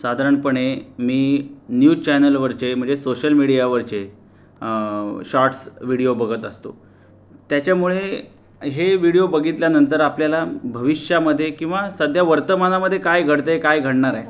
साधारणपणे मी न्यूज चॅनेलवरचे म्हणजे सोशल मीडियावरचे शॉर्ट्स व्हिडीओ बघत असतो त्याच्यामुळे हे व्हिडीओ बघितल्यानंतर आपल्याला भविष्यामध्ये किंवा सध्या वर्तमानामध्ये काय घडतं आहे काय घडणार आहे